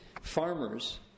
farmers